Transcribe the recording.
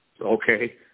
Okay